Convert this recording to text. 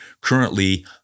currently